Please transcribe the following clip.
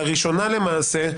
לראשונה למעשה,